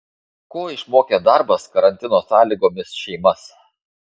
ko išmokė darbas karantino sąlygomis šeimas